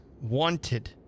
wanted